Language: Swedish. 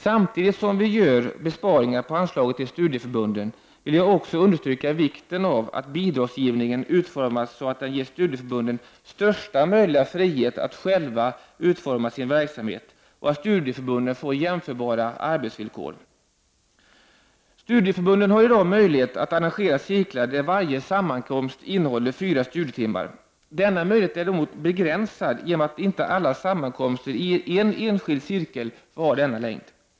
Samtidigt som vi gör besparingar på anslaget till studieförbunden vill jag också understryka vikten av att bidragsgivningen utformas så, att den ger studieförbunden största möjliga frihet att själva utforma sin verksamhet och att studieförbunden får jämförbara arbetsvillkor. Studieförbunden har i dag möjlighet att arrangera cirklar där varje sammankomst innehåller fyra studietimmar. Denna möjlighet är dock begränsad genom att inte alla sammankomster i en enskild cirkel får ha denna längd.